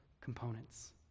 components